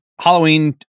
Halloween